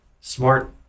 smart